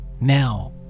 Now